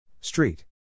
Street